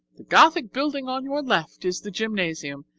the gothic building on your left is the gymnasium,